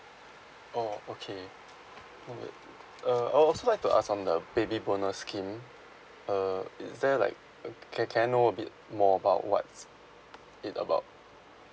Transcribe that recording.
oh okay alright uh I'd also like to ask on the baby bonus scheme err is there like uh can can I know a bit more about what's it about